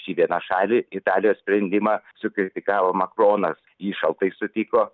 šį vienašalį italijos sprendimą sukritikavo makronas jį šaltai sutiko